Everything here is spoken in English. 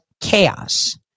chaos